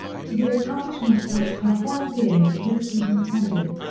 to the accomplishment of which her whole being had hitherto been tending,